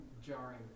jarring